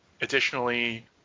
Additionally